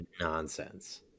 nonsense